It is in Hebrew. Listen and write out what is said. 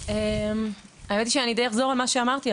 די אחזור על מה שאמרתי,